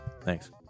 Thanks